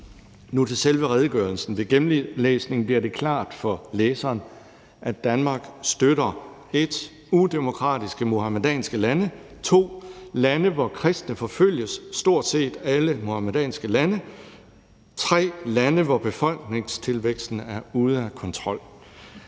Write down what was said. Nu til selve redegørelsen. Ved gennemlæsning bliver det klart for læseren, at Danmark støtter: 1) udemokratiske muhamedanske lande, 2) lande, hvor kristne forfølges – stort set alle muhamedanske lande – og 3) lande, hvor befolkningstilvæksten er ude af kontrol.